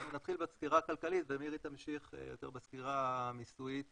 אנחנו נתחיל בסקירה הכלכלית ומירי תמשיך יותר בסקירה המיסויית